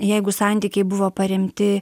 jeigu santykiai buvo paremti